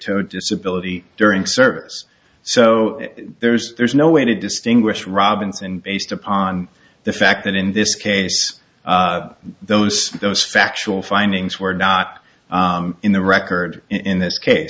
toe disability during service so there's there's no way to distinguish robinson based upon the fact that in this case those those factual findings were not in the record in this